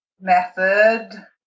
method